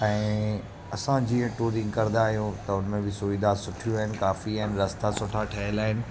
ऐं असां जीअं टूरिंग कंदा आहियूं त हुन में बि सुविधा सुठियूं आहिनि काफ़ी आहिनि रस्ता सुठा ठहियलु आहिनि